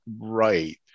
right